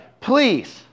please